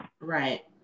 Right